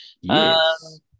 Yes